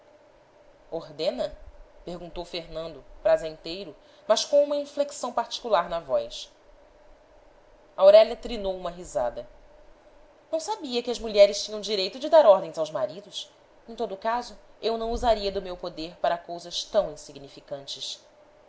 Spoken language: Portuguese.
ordena perguntou fernando prazenteiro mas com uma inflexão particular na voz aurélia trinou uma risada não sabia que as mulheres tinham direito de dar ordens aos maridos em todo o caso eu não usaria do meu poder para cousas tão insignificantes